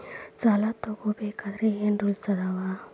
ಸಾಲ ತಗೋ ಬೇಕಾದ್ರೆ ಏನ್ ರೂಲ್ಸ್ ಅದಾವ?